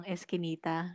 Eskinita